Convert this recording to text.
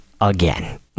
Again